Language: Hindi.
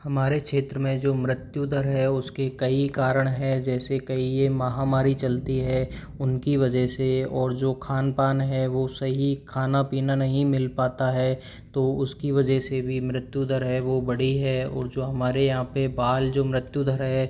हमारे क्षेत्र में जो मृत्यु दर है उसके कई कारण हैं जैसे कहीं ये महामारी चलती है उनकी वजह से और जो खान पान है वो सही खाना पीना नहीं मिल पाता है तो उसकी वजह से भी मृत्यु दर है वो बढ़ी है और जो हमारे यहाँ पे बाल जो मृत्यु दर है